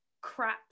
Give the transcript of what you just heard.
crap